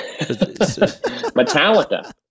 Metallica